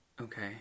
Okay